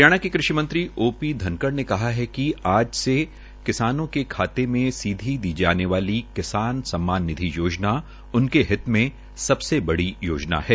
हरियाणा के कृषि मंत्री ओ पी धनखड़ ने कहा है कि आज से किसानों के खातोंमें सीधे दी जाने वाली किसान सममान निधि योजना उनके हित मे बड़ी योजना है